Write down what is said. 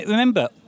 Remember